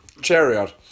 Chariot